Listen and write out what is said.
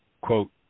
quote